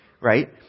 right